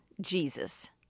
Jesus